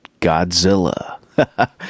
Godzilla